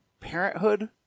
Parenthood